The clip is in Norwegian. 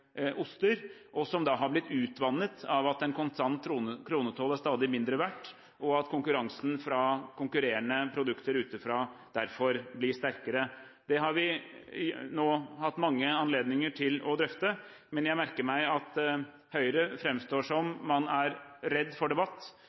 oster, og som da har blitt utvannet av at en konstant kronetoll er stadig mindre verd, og at konkurransen fra produkter utenfra derfor blir sterkere. Det har vi nå hatt mange anledninger til å drøfte, men jeg merker meg at Høyre framstår som om man er redd for debatt